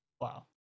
Wow